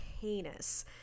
heinous